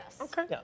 Okay